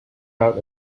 out